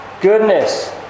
goodness